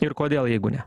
ir kodėl jeigu ne